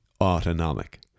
autonomic